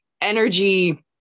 energy